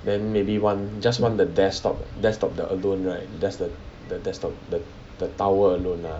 then maybe one just one the desktop desktop the alone right that's the desktop the the tower alone lah